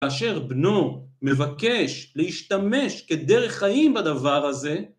אשר בנו מבקש להשתמש כדרך חיים בדבר הזה...